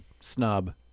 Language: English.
snob